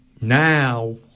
Now